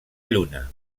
lluna